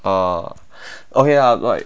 uh okay lah like